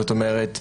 זאת אומרת,